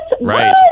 Right